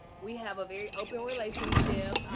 we have a very open relationship.